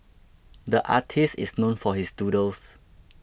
the artist is known for his doodles